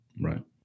right